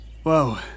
Whoa